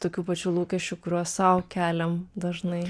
tokių pačių lūkesčių kuriuos sau keliam dažnai